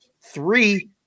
three